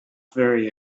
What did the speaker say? very